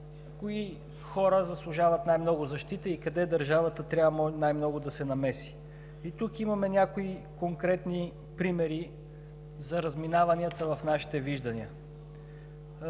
кои хора заслужават най-много защита и къде държавата трябва най-много да се намеси. И тук имаме някои конкретни примери за разминаванията в нашите виждания.